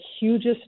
hugest